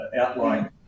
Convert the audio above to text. Outline